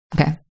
Okay